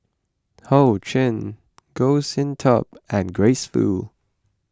Ho Ching Goh Sin Tub and Grace Fu